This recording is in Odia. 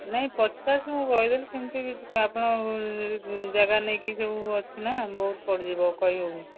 ନାଇଁ ପଚାଶ ମୁଁ କହିଦେଲି ସେମିତି କିଛି ନୁହେଁ ଆପଣ ଜାଗା ନେଇକି ସବୁ ଅଛି ନା ବହୁତ ପଡ଼ିଯିବ କହିହେଉନି